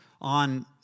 on